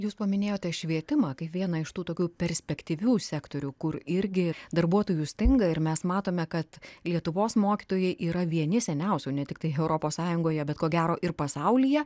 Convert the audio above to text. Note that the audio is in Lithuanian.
jūs paminėjote švietimą kaip vieną iš tų tokių perspektyvių sektorių kur irgi darbuotojų stinga ir mes matome kad lietuvos mokytojai yra vieni seniausių ne tiktai europos sąjungoje bet ko gero ir pasaulyje